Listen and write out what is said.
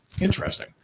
Interesting